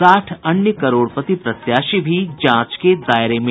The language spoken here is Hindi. साठ अन्य करोड़पति प्रत्याशी भी जांच के दायरे में